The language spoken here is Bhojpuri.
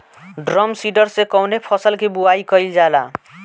ड्रम सीडर से कवने फसल कि बुआई कयील जाला?